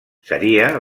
seria